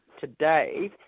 today